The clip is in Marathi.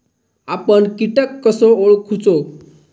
आपन कीटक कसो ओळखूचो?